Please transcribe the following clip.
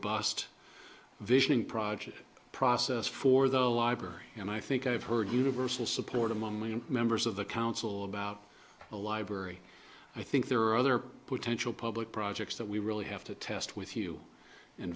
robust visioning project process for the library and i think i've heard universal support among members of the council about a library i think there are other potential public projects that we really have to test with you and